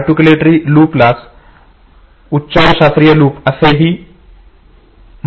articulatory लुपलाच उच्चारशास्त्रीय loop म्हणूनही ओळखले जाते